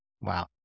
Wow